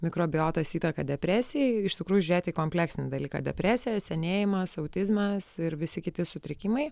mikrobiotos įtaka depresijai iš tikrųjų žiūrėti kompleksinį dalyką depresija senėjimas autizmas ir visi kiti sutrikimai